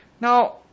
Now